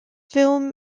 film